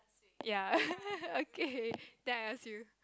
ya okay then I ask you